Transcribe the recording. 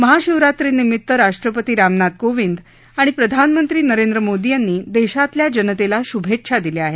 महाशिवरात्रीनिमित राष्ट्रपति रामनाथ कोविन्द आणि प्रधानमंत्री नरेन्द्र मोदी यांनी देशातल्या जनतेला श्भेच्छा दिल्या आहेत